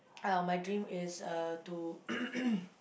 uh my dream is uh to